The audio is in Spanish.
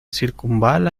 circunvala